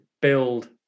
build